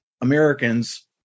Americans